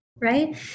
Right